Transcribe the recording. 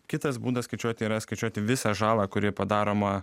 kitas būdas skaičiuoti yra skaičiuoti visą žalą kuri padaroma